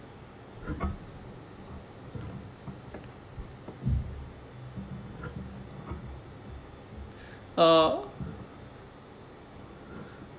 uh